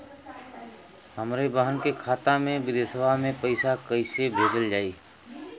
हमरे बहन के खाता मे विदेशवा मे पैसा कई से भेजल जाई?